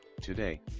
Today